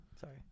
Sorry